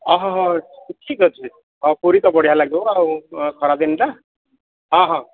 ଓହୋ ହଁ ଠିକ୍ ଅଛି ହଁ ପୁରୀ ତ ବଢ଼ିଆ ଲାଗିବ ଆଉ ଖରା ଦିନଟା ହଁ ହଁ